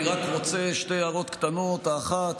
אני רק רוצה שתי הערות קטנות: האחת,